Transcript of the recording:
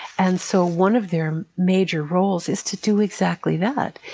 and so, one of their major roles is to do exactly that.